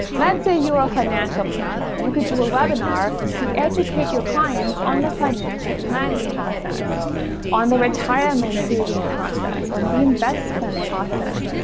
let's say you're a financial planner. you could do a webinar to educate your clients on the financial planning process on the retirement saving process, on the investment process,